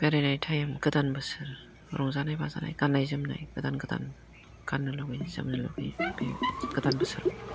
बेरायनाय टाइम गोदान बोसोर रंजानाय बाजानाय गाननाय जोमनाय गोदान गोदान गाननो लुबैयो जोमनो लुबैयो बे गोदान बोसोराव